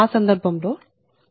ఆ సందర్భం లో Pg150 412×0